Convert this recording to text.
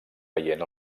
veient